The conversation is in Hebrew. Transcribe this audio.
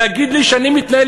מישהו יכול להתכחש,